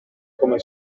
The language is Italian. come